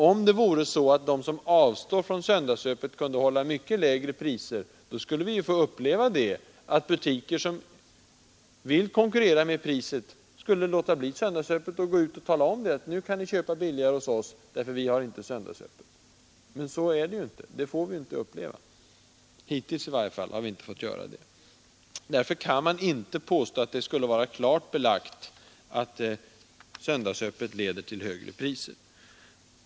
Om det vore så att de som avstår från söndagsöppet kunde hålla mycket lägre priser, skulle vi få uppleva att butiker som vill konkurrera med priset skulle låta bli söndagsöppet och gå ut och tala om: nu kan ni köpa billigare hos oss därför att vi inte har söndagsöppet. Men det får vi inte uppleva. Vi har i varje fall inte fått göra det hittills. Därför kan man inte påstå att det skulle vara klart belagt att söndagsöppethållande leder till högre pris.